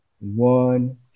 one